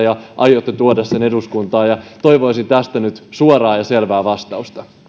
ja aiotte tuoda sen eduskuntaan toivoisin tähän nyt suoraa ja selvää vastausta